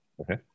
Okay